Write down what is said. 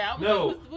No